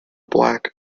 black